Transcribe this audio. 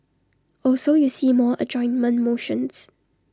also you see more adjournment motions